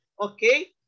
Okay